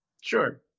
sure